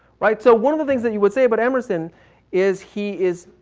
right. so one of the things that you would say about emerson is he is,